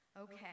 Okay